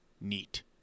Neat